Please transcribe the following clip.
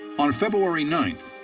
on february ninth,